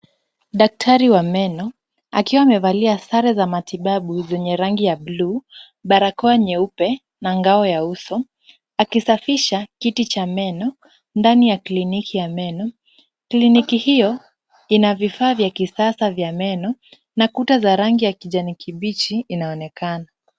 Daktari wa meno akiwa amevalia sare za matibabu zenye rangi ya bluu, barakoa nyeupe na ngao ya uso akisafisha kiti cha meno ndani ya kliniki ya meno. Kliniki hiyo ina vifaa vya kisasa vya meno na kuta za rangi ya kijani kibichi inaonekana.